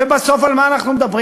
ובסוף, על מה אנחנו מדברים?